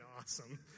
awesome